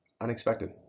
unexpected